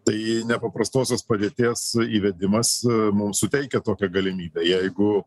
tai nepaprastosios padėties įvedimas mum suteikia tokią galimybę jeigu